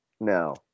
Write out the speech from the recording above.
No